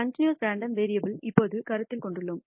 continuous random வேரியபுல்ஐ இப்போது கருத்தில் கொண்டுள்ளோம்